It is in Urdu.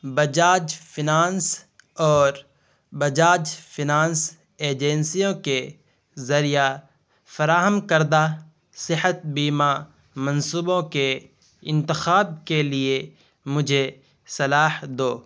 بجاج فنانس اور بجاج فنانس ایجنسیوں کے ذریعہ فراہم کردہ صحت بیمہ منصوبوں کے انتخاب کے لیے مجھے صلاح دو